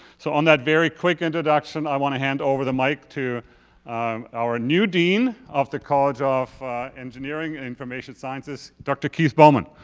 so on that very quick introduction, i wanna hand over the mic to our new dean of the college of engineering and information sciences. dr. kieth bowman.